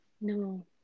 No